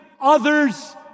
others